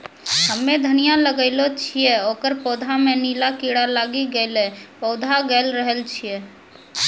हम्मे धनिया लगैलो छियै ओकर पौधा मे नीला कीड़ा लागी गैलै पौधा गैलरहल छै?